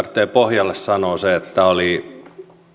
pohjalle sanoa se että tämä oli